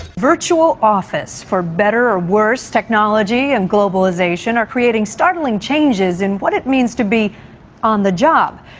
virtual office. for better or worse, technology and globalisation are creating startling changes in what it means to be on the job.